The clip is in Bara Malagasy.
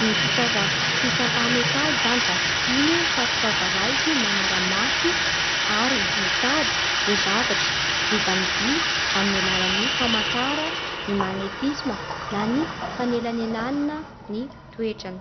Ny fitaova fitsapa metaly da tsy ino fa fitaova raiky manara-maso ary mitady ny zavatsy vita amin'ny vy amin'ny alalan'ny famantara ny magnetisma na ny fanelanelanina ny toetra.